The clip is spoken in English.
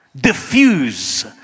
Diffuse